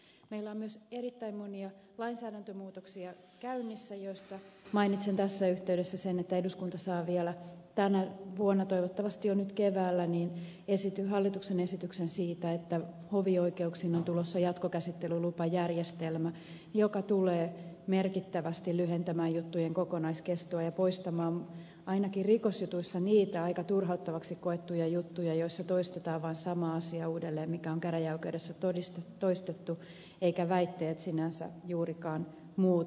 meillä on myös erittäin monia lainsäädäntömuutoksia käynnissä joista mainitsen tässä yhteydessä sen että eduskunta saa vielä tänä vuonna toivottavasti jo nyt keväällä hallituksen esityksen siitä että hovioikeuksiin on tulossa jatkokäsittelylupajärjestelmä joka tulee merkittävästi lyhentämään juttujen kokonaiskestoa ja poistamaan ainakin rikosjutuissa niitä aika turhauttaviksi koettuja juttuja joissa toistetaan vaan samaa asiaa uudelleen mikä on käräjäoikeudessa toistettu eivätkä väitteet sinänsä juurikaan muutu